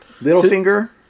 Littlefinger